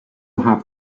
have